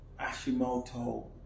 Ashimoto